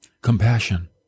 compassion